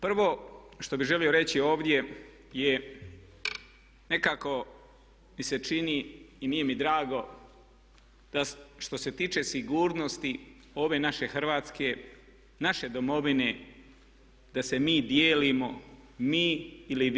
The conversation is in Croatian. Prvo što bih želio reći ovdje je nekako mi se čini i nije mi drago što se tiče sigurnosti ove naše Hrvatske, naše Domovine da se mi dijelimo mi ili vi.